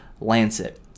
Lancet